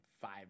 five